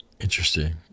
Interesting